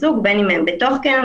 ב-בלק פריידי,